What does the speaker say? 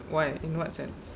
why in what sense